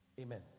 Amen